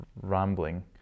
rambling